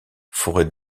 forêt